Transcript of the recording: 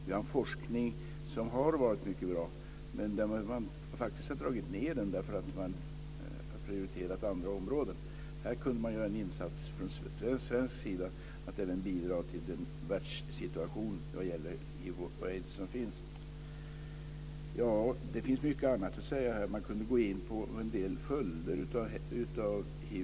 Vi har en forskning som har varit mycket bra, men som man har dragit ned på därför att man har prioriterat andra områden. Här kan man från svensk sida göra en insats för att bidra till att förbättra världssituationen när det gäller hiv och aids. Det finns mycket annat att säga. Jag vill gå in på en del följder av hiv.